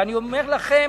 ואני אומר לכם,